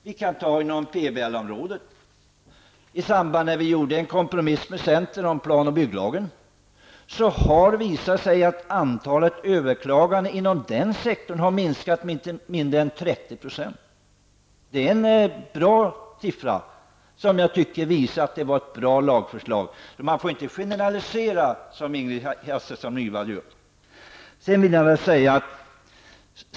På PBL-området kan man se att i samband med att vi gjorde en kompromiss med centern om plan och bygglagen har antalet överklaganden inom den sektorn minskat med inte mindre än 30 %. Det är en bra siffra som jag tycker visar att det var ett bra lagförslag. Man får inte generalisera som Ingrid Hasselström Nyvall gör.